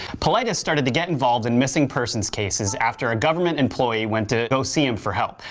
paulides started to get involved in missing persons cases after a government employee went to go see him for help.